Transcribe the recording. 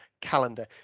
calendar